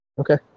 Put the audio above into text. Okay